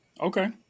Okay